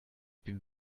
been